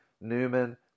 Newman